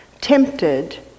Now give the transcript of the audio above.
tempted